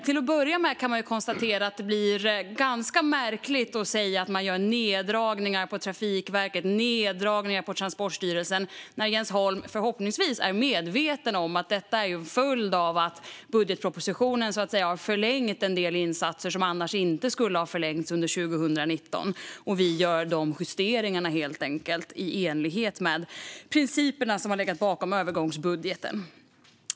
Till att börja med kan jag ju konstatera att det är ganska märkligt att säga att det görs neddragningar på Trafikverket och Transportstyrelsen när Jens Holm förhoppningsvis är medveten om att detta är en följd av att man i budgetpropositionen har förlängt en del insatser som annars inte skulle ha förlängts under 2019. Vi gör helt enkelt de justeringarna i enlighet med de principer som har legat bakom övergångsbudgeten.